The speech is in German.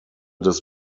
des